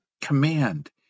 command